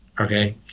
okay